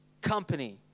company